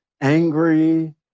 angry